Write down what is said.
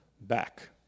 back